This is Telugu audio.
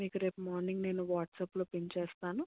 మీకు రేపు మార్నింగ్ నేను వాట్సాప్లో పింగ్ చేస్తాను